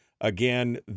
again